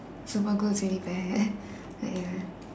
super glue is already bad but ya